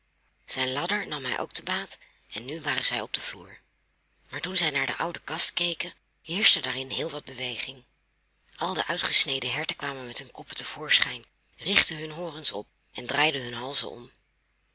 zijn ladder nam hij ook te baat en nu waren zij op den vloer maar toen zij naar de oude kast keken heerschte daarin heel wat beweging al de uitgesneden herten kwamen met hun koppen te voorschijn richtten hun horens op en draaiden hun halzen om